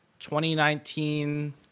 2019